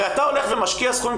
הרי אתה הולך ומשקיע סכום,